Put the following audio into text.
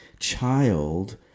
child